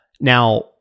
now